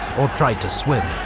or tried to swim,